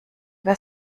wer